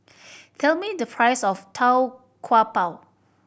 tell me the price of Tau Kwa Pau